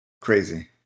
crazy